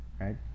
right